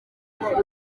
umuhungu